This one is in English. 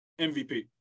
MVP